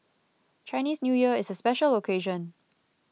Chinese New Year is a special occasion